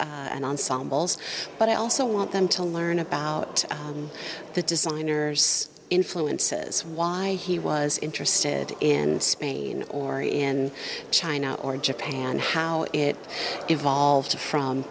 ensembles but i also want them to learn about the designers influences why he was interested in spain or in china or japan how it evolved from